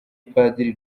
padiri